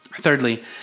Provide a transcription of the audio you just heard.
Thirdly